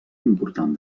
important